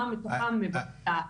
מה מתוכן מבוצע.